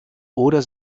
oder